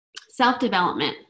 self-development